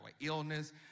illness